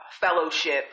fellowship